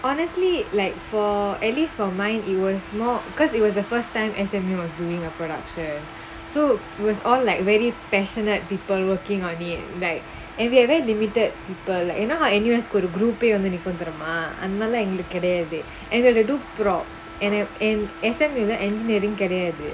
honestly like for at least for mine it was more because it was the first time as them was doing a production so was all like very passionate people working on it like if you are very limited people like you know how anyone ஒரு:oru group eh வந்து நிக்கும் தெரிமா அந்த மாரிலாம் எங்களுக்கு கிடயாது:vanthu nikkum therimaa antha maarilaam enggalukku kidayaathu and then they do props and an in S_M_U engineering get it